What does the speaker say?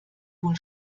wohl